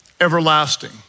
everlasting